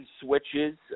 switches –